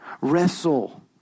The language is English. Wrestle